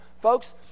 Folks